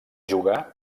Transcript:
jugà